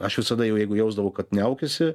aš visada jeigu jausdavau kad niaukiasi